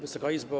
Wysoka Izbo!